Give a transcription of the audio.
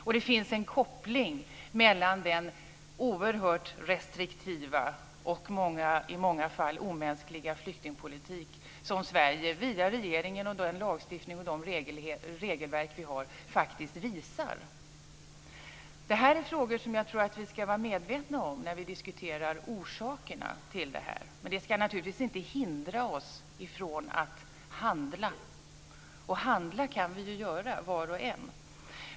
Och det finns en koppling till den oerhört restriktiva och i många fall omänskliga flyktingpolitik som Sverige via regeringen, den lagstiftning och de regelverk vi har faktiskt visar. Det här är frågor som jag tror att vi ska vara medvetna om när vi diskuterar orsakerna. Men det ska naturligtvis inte hindra oss från att handla, och handla kan vi göra var och en.